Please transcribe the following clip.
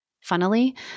Funnily